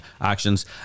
actions